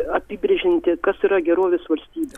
apibrėžianti kas yra gerovės valstybė